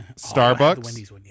Starbucks